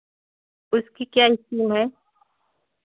उसकी क्या स्कीम है